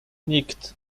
nikt